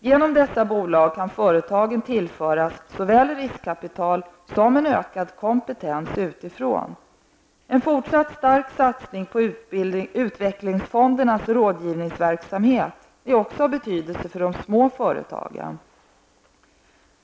Genom dessa bolag kan företagen tillföras såväl riskkapital som en ökad kompetens utifrån. En fortsatt stark satsning på utvecklingsfondernas rådgivningsverksamhet är också av betydelse för de små företagen.